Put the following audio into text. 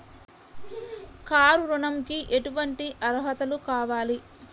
Car ఋణంకి ఎటువంటి అర్హతలు కావాలి?